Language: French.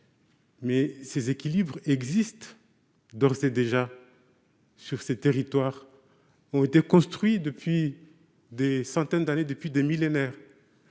ces équilibres existent d'ores et déjà dans les territoires. Ils ont été construits depuis des centaines d'années, même des millénaires.